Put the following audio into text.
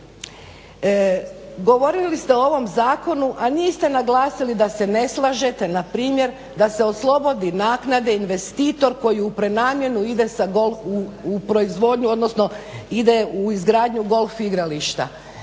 govorili ste o ovom zakonu, a niste naglasili da se ne slažete npr. da se oslobodi naknade investitor koji u prenamjenu ide sa … u proizvodnju,